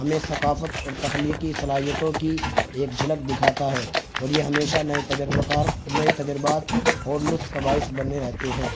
ہمیں ثقافت اور تخلیقی صلاحیتوں کی ایک جھلک دکھاتا ہے اور یہ ہمیشہ نئے تجربہ کار نئے تجربات اور لطف کا باعث بنے رہتے ہیں